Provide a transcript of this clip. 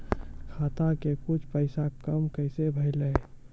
खाता के कुछ पैसा काम कैसा भेलौ?